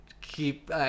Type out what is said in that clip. keep